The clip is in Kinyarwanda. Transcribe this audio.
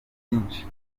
byinshi